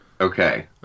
Okay